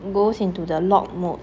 goes into the lock mode